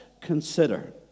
consider